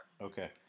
Okay